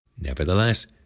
Nevertheless